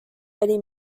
eddie